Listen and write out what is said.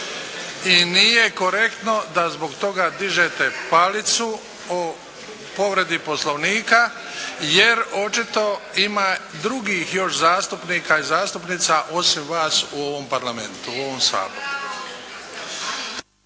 i nije korektno da zbog toga dižete palicu o povredi Poslovnika, jer očito ima drugih još zastupnika i zastupnica osim vas u ovom Parlamentu, u ovom Saboru.